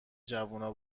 جوونا